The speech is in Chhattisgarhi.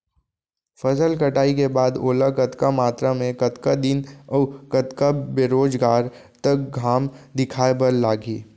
फसल कटाई के बाद ओला कतका मात्रा मे, कतका दिन अऊ कतका बेरोजगार तक घाम दिखाए बर लागही?